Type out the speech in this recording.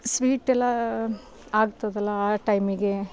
sweet ಎಲ್ಲ ಆಗ್ತದಲ್ಲ ಆ ಟೈಮಿಗೆ